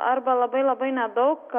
arba labai labai nedaug